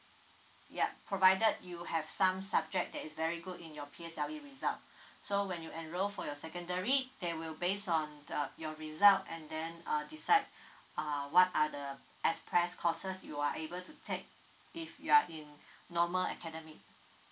ya provided you have some subject that is very good in your P_S_L_E result so when you enrol for your secondary they will base on the your result and then uh decide uh what are the express courses you are able to take if you are in normal academic